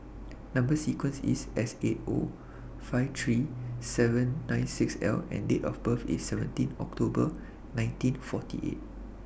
Number sequence IS Seighty lakh fifty three thousand seven hundred and ninety six L and Date of birth IS seventeen October one thousand nine hundred and forty eight